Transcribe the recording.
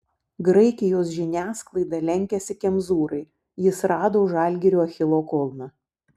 graikijos žiniasklaida lenkiasi kemzūrai jis rado žalgirio achilo kulną